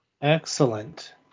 Excellent